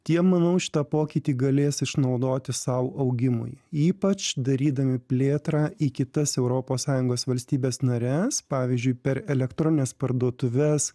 tie manau šitą pokytį galės išnaudoti sau augimui ypač darydami plėtrą į kitas europos sąjungos valstybes nares pavyzdžiui per elektronines parduotuves